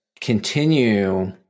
continue